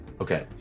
Okay